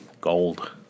gold